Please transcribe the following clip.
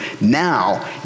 Now